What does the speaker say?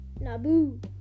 Naboo